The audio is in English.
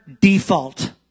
default